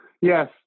Yes